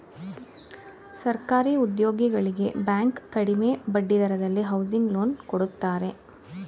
ಸರ್ಕಾರಿ ಉದ್ಯೋಗಿಗಳಿಗೆ ಬ್ಯಾಂಕ್ ಕಡಿಮೆ ಬಡ್ಡಿ ದರದಲ್ಲಿ ಹೌಸಿಂಗ್ ಲೋನ್ ಕೊಡುತ್ತಾರೆ